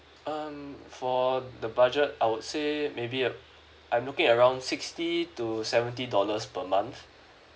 um for the budget I would say maybe uh I'm looking around sixty to seventy dollars per month